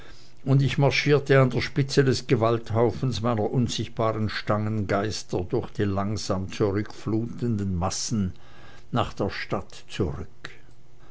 und ich marschierte an der spitze des gewalthaufens meiner unsichtbaren stangengeister durch die langsam zurückflutenden massen nach der stadt zurück